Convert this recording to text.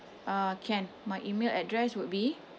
uh can my email address would be